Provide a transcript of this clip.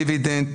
דיבידנד,